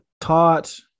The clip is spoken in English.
taught